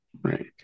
Right